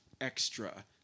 extra